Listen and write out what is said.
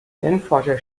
hirnforscher